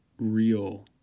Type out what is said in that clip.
real